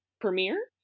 premiere